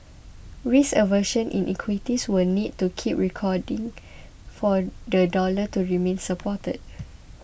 risk aversion in equities will need to keep receding for the dollar to remain supported